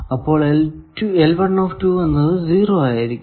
അപ്പോൾ എന്നത് 0 ആയിരിക്കും